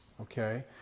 Okay